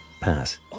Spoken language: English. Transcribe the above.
pass